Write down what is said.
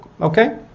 Okay